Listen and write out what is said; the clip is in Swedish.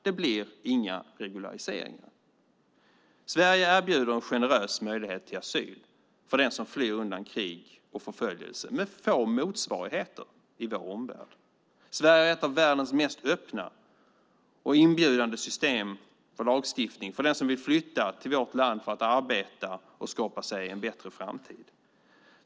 Det blir inga regulariseringar. Sverige erbjuder en generös möjlighet till asyl för den som flyr undan krig och förföljelse med få motsvarigheter i vår omvärld. Sverige har ett av världens mest öppna och inbjudande system för lagstiftning för den som vill flytta till vårt land för att arbeta och skapa sig en bättre framtid.